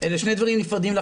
אני לא יודעת מה יהיה בינתיים.